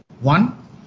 One